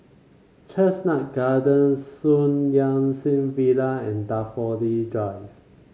Chestnut Gardens Sun Yat Sen Villa and Daffodil Drive